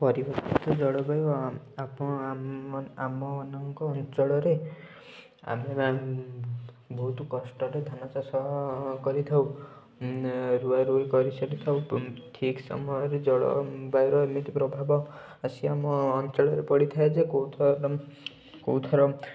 ପରିବେଶ ଜଳବାୟୁ ଆପଣ ଆମ ଆମ ମାନଙ୍କ ଅଞ୍ଚଳରେ ଆମେ ମାନେ ବହୁତ କଷ୍ଟରେ ଧାନ ଚାଷ କରିଥାଉ ରୁଆ ରୁଇ କରିସାରିଥାଉ ଠିକ୍ ସମୟରେ ଜଳବାୟୁର ଏମିତି ପ୍ରଭାବ ଆସି ଆମ ଅଞ୍ଚଳରେ ପଡ଼ିଥାଏ ଯେ କେଉଁ ଥର କେଉଁ ଥର